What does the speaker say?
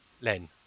Len